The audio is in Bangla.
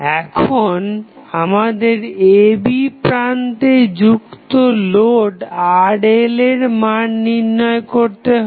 এখন আমাদের ab প্রান্তে যুক্ত লোড RL এর মান নির্ণয় করতে হবে